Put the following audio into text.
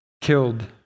killed